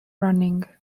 running